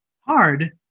hard